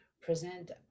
present